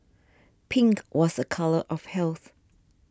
pink was a colour of health